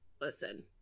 listen